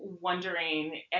wondering